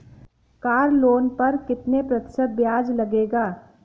Car loan पर कितने प्रतिशत ब्याज लगेगा?